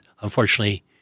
Unfortunately